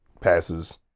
passes